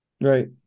Right